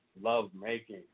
lovemaking